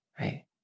Right